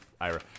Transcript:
Ira